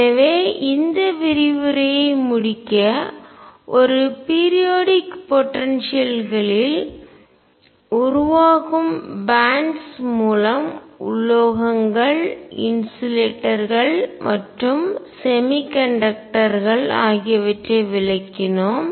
எனவே இந்த விரிவுரையை முடிக்க ஒரு பீரியாடிக் போடன்சியல்களில் குறிப்பிட்ட கால இடைவெளி ஆற்றல் உருவாகும் பேன்ட்ஸ் பட்டைகள் மூலம் உலோகங்கள் இன்சுலேட்டர்ஸ்கள் மற்றும் செமிகண்டக்டர்கள் குறைக்கடத்தி ஆகியவற்றை விளக்கினோம்